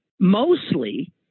mostly